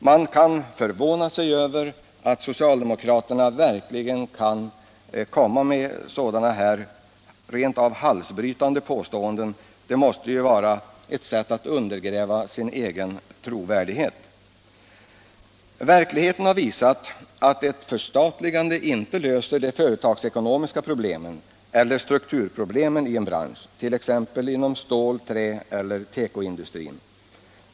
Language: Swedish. Man förvånar sig över att socialdemokraterna verkligen kan komma med sådana här rent av halsbrytande påståenden. Verkligheten har visat att ett förstatligande inte löser de företagsekonomiska problemen eller strukturproblemen inom t.ex. stål-, träeller tekoindustrin.